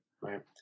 right